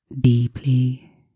deeply